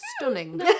Stunning